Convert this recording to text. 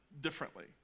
differently